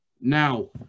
Now